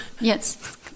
Yes